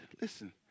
listen